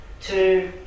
two